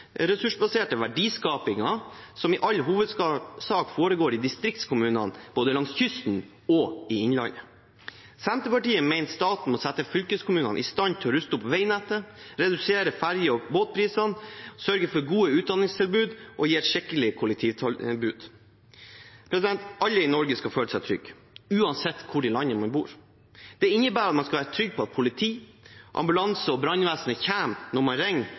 som i all hovedsak foregår i distriktskommunene, både langs kysten og i innlandet. Senterpartiet mener staten må sette fylkeskommunene i stand til å ruste opp veinettet, redusere ferje- og båtprisene, sørge for gode utdanningstilbud og gi et skikkelig kollektivtilbud. Alle i Norge skal føle seg trygge, uansett hvor i landet man bor. Det innebærer at man skal være trygg på at politi, ambulanse og brannvesen kommer når man